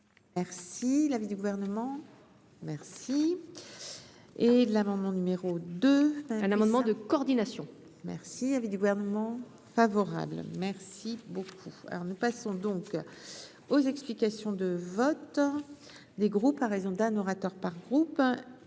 Merci, il avait du gouvernement merci. Et de l'amendement numéro 2 un amendement de coordination merci avec du gouvernement favorable, merci beaucoup, alors nous passons donc aux explications de vote des groupes à raison d'un orateur par groupe,